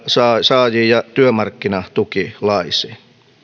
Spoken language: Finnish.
saajiin ja työmarkkinatukilaisiin